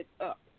up